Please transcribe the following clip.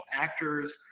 actors